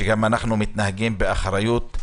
אנחנו מתנהגים באחריות.